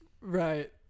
Right